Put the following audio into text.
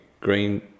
green